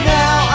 now